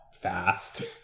fast